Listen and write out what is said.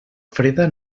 freda